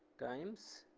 times